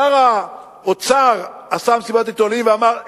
שר האוצר עשה מסיבת עיתונאים ואמר,